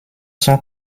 sont